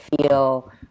feel